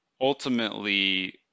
Ultimately